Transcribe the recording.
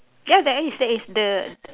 ya there is there is the